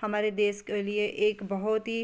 हमारे देश के लिए एक बहुत ही